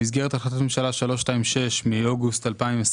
במסגרת החלטת ממשלה 326 מאוגוסט 2020